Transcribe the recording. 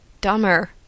Dumber